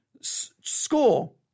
school